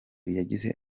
yagize